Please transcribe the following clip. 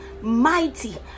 mighty